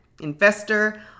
investor